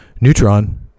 neutron